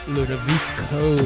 Ludovico